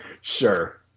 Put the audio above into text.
Sure